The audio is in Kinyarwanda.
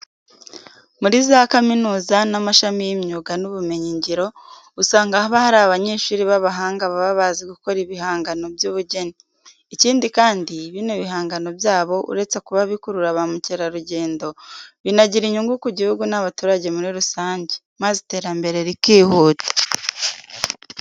Muri za kaminuza n'amashuri y'imyuga n'ubumenyingiro, usanga haba hari abanyeshuri b'abahanga baba bazi gukora ibihangano by'ubugeni. Ikindi kandi, bino bihangano byabo uretse kuba bikurura ba mukerarugendo binagira inyungu ku gihugu n'abaturage muri rusange, maze iterambere rikihuta.